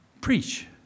preach